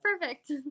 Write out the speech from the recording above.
perfect